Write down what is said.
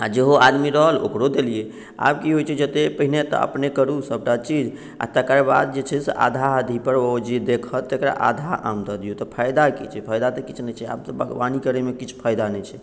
आ जेहो आदमी रहल ओकरो देलियै आब की होइत छै जतेक पहिने तऽ अपने करू सभटाचीज आ तकर बाद जे छै से आधा आधीपर ओ जे देखत तकरा आधा आम दऽ दियौ तऽ फायदा की छै फायदा तऽ किछु नहि छै आब तऽ बागवानी करयमे किछु फायदा नहि छै